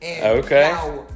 Okay